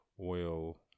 Oil